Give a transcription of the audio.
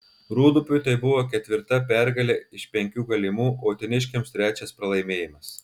rūdupiui tai buvo ketvirta pergalė iš penkių galimų o uteniškiams trečias pralaimėjimas